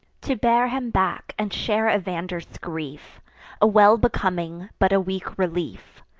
to bear him back and share evander's grief a well-becoming, but a weak relief.